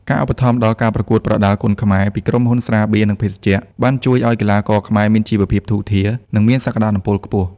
ការឧបត្ថម្ភដល់ ការប្រកួតប្រដាល់គុនខ្មែរ ពីក្រុមហ៊ុនស្រាបៀរ និងភេសជ្ជៈ បានជួយឱ្យកីឡាករខ្មែរមានជីវភាពធូរធារ និងមានសក្តានុពលខ្ពស់។